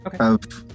Okay